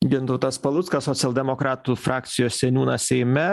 gintautas paluckas socialdemokratų frakcijos seniūnas seime